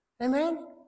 Amen